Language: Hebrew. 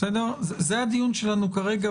זה הדיון שלנו כרגע,